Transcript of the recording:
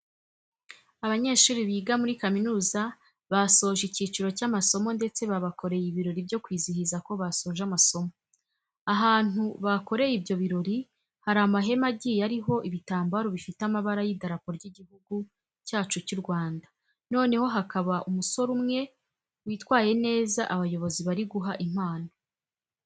Abanyeshuri biga muri kaminuza basoje icyiciro cy'amasomo ndetse babakoreye ibirori byo kwizihiza ko basoje amasomo. Ahantu bakoreye ibyo birori hari amahema agiye ariho ibitambaro bifite amabara y'idarapo ry'Igihugu cyacu cy'u Rwanda, noneho hakaba umusore umwe witwaye neza abayobozi bari guha impano.